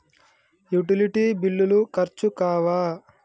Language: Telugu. యుటిలిటీ బిల్లులు ఖర్చు కావా?